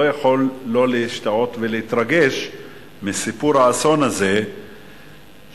לא יכול לא להשתאות ולהתרגש מסיפור האסון הזה שקרה,